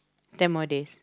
ten more days